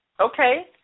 Okay